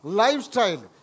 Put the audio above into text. lifestyle